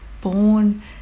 born